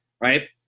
right